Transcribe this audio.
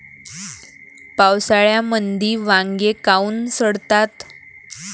पावसाळ्यामंदी वांगे काऊन सडतात?